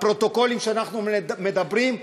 הפרוטוקולים שאנחנו מדברים,